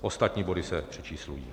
Ostatní body se přečíslují.